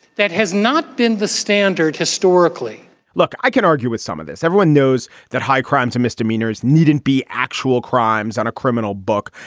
that has not been the standard historically look, i can argue with some of this. everyone knows that high crimes and misdemeanors needn't be actual crimes on a criminal book.